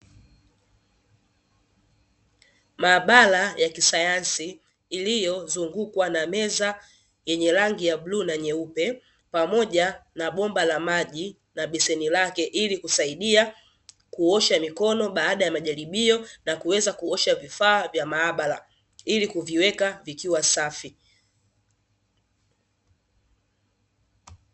Maabara ya kisayansi iliyozungukwa na meza yenye rangi ya bluu na nyeupe, pamoja na bomba la maji na beseni lake ili kusaidia kuosha mikono baada ya majaribio na kuweza kuosha vifaa vya maabara ili kuviweka vikiwa safi.